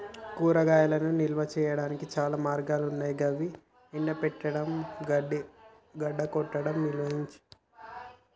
కూరగాయలను నిల్వ చేయనీకి చాలా మార్గాలన్నాయి గవి ఎండబెట్టడం, గడ్డకట్టడం, నిల్వచేయడం లాంటియి